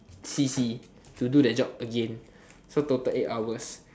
c_c to do that job again so total eight hours